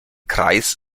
kreis